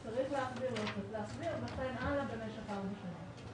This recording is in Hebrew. האם צריך להחזיר או לא צריך להחזיר וכן הלאה במשך ארבע שנים.